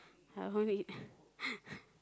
how I want to eat